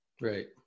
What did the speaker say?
Right